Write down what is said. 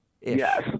Yes